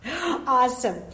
Awesome